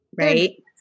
Right